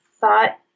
thought